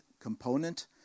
component